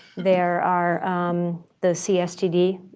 there are the cstd